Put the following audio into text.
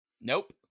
Nope